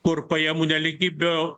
kur pajamų nelygybių